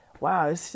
wow